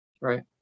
Right